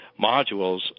modules